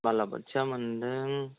बालाबोथिया मोनदों